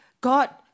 God